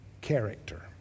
character